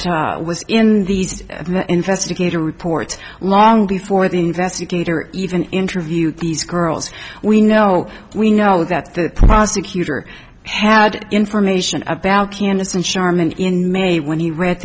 was in these investigative reports long before the investigator even interviewed these girls we know we know that the prosecutor had information about candace and sharman in may when he read